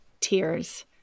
tears